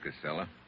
Casella